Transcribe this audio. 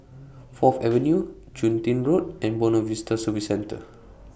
Fourth Avenue Chun Tin Road and Buona Vista Service Centre